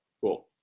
Cool